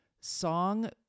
song-